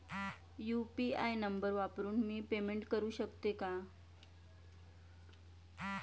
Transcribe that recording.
UPI number वापरून मी payment करू शकते का?